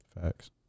Facts